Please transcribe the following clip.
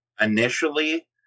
Initially